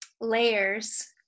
layers